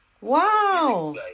Wow